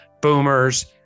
boomers